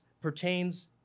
pertains